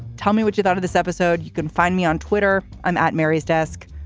tell me what you thought of this episode. you can find me on twitter. i'm at mary's desk.